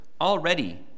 already